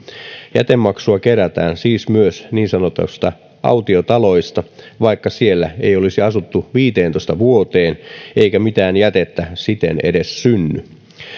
jätemaksua kerätään siis myös niin sanotuista autiotaloista vaikka siellä ei olisi asuttu viiteentoista vuoteen eikä mitään jätettä siten edes synny